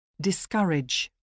Discourage